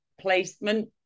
placement